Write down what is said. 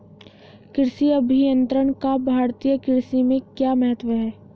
कृषि अभियंत्रण का भारतीय कृषि में क्या महत्व है?